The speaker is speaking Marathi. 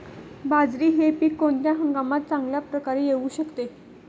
बाजरी हे पीक कोणत्या हंगामात चांगल्या प्रकारे येऊ शकते?